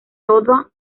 toda